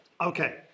Okay